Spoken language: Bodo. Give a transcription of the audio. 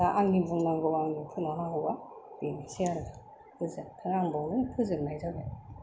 दा आंनि बुंनांगौया आं बेखिनाखौ बुंना बेनोसै आरो गोजोनथों आं बेवहायनो फोजोबनाय जाबाय